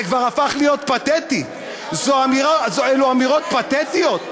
זה כבר הפך להיות פתטי, אלו אמירות פתטיות.